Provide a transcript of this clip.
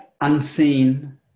unseen